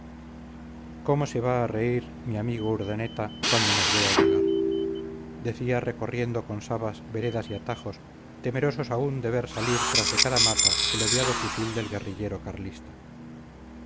cómo se va a reír mi amigo urdaneta cuando nos vea llegar decía recorriendo con sabas veredas y atajos temerosos aún de ver salir tras de cada mata el odiado fusil del guerrillero carlista